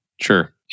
Sure